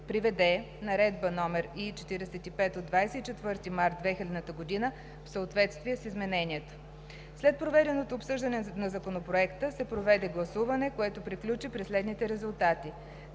приведе Наредба № I-45 от 24 март 2000 г. в съответствие с изменението. След проведеното обсъждане на Законопроекта се проведе гласуване, което приключи при следните резултати: